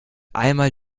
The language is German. einmal